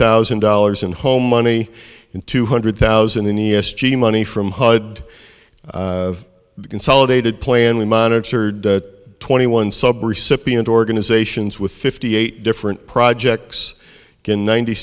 thousand dollars in home money in two hundred thousand in the s g money from hud consolidated plan we monitored that twenty one sub recipient organizations with fifty eight different projects going ninety